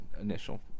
initial